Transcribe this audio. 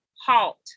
halt